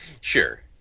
Sure